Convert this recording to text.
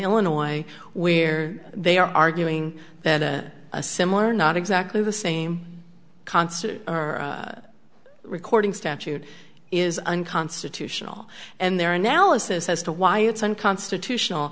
illinois where they are arguing that a similar not exactly the same concert or recording statute is unconstitutional and their analysis as to why it's unconstitutional